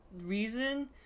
reason